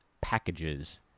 packages